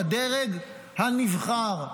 לדרג הנבחר.